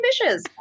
ambitious